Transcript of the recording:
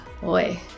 Boy